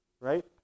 right